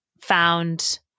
found